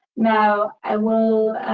now, i will